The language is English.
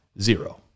Zero